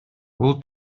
бул